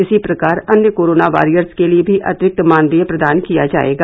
इसी प्रकार अन्य कोरोना वारियर्स के लिये भी अतिक्ति मानदेय प्रदान किया जायेगा